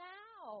now